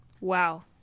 Wow